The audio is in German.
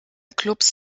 clubs